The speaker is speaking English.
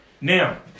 Now